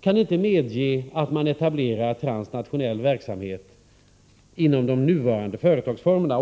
kan inte medge att man etablerar transnationell verksamhet inom de nuvarande företagsformerna.